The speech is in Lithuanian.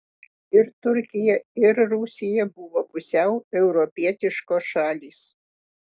ir turkija ir rusija buvo pusiau europietiškos šalys